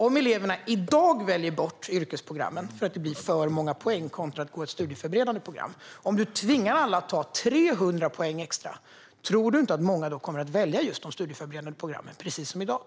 Om eleverna i dag väljer bort yrkesprogrammen för att det blir för många poäng jämfört med att gå ett studieförberedande program, om du alltså tvingar alla att ta 300 poäng extra, tror du inte att många då kommer att välja just de studieförberedande programmen precis som i dag?